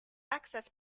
access